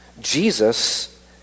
Jesus